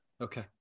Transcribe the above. Okay